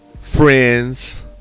Friends